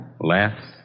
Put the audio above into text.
Laughs